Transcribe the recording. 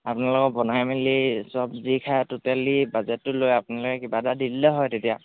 আপোনালোকক বনাই মেলি চব যি খাই টোটেলি বাজেটটো লৈ আপোনালোকে কিবা এটা দি দিলে হয় তেতিয়া